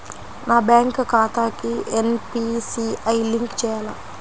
నా బ్యాంక్ ఖాతాకి NPCI link చేయాలా?